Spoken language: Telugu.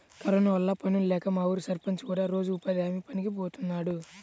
కరోనా వల్ల పనుల్లేక మా ఊరి సర్పంచ్ కూడా రోజూ ఉపాధి హామీ పనికి బోతన్నాడు